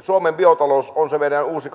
suomen biotalous on se meidän uusi